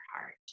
heart